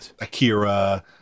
akira